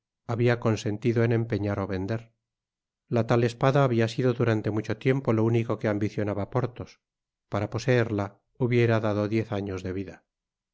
habia consentido en empeñar ó vender la tal espada habia sido durante mucho tiempo lo único que ambicionaba porthos para poseerla hubiera dado diez años de vida un dia que